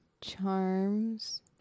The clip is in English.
charms